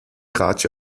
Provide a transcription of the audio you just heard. ratsche